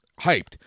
hyped